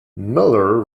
miller